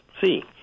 see